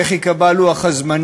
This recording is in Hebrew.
איך ייקבע לוח-הזמנים?